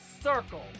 circle